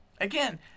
Again